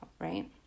right